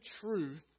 truth